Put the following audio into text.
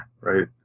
right